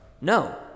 No